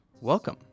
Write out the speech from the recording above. Welcome